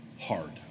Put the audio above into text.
hard